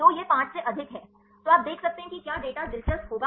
तो यह 5 से अधिक है तो आप अब देख सकते हैं कि क्या डेटा दिलचस्प होगा